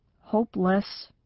hopeless